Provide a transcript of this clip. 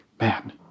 Man